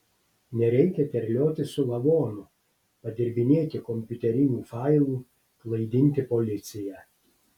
nereikia terliotis su lavonu padirbinėti kompiuterinių failų klaidinti policiją